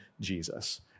Jesus